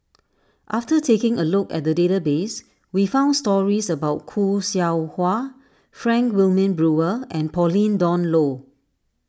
after taking a look at the database we found stories about Khoo Seow Hwa Frank Wilmin Brewer and Pauline Dawn Loh